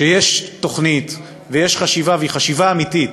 שיש תוכנית ויש חשיבה, והיא חשיבה אמיתית,